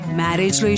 marriage